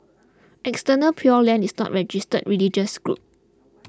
Eternal Pure Land is not a registered religious group